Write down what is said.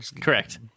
Correct